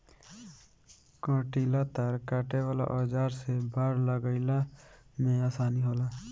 कंटीला तार काटे वाला औज़ार से बाड़ लगईले में आसानी होला